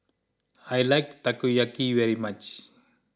I like Takoyaki very much